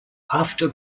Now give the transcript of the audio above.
after